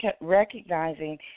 recognizing